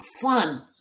Fun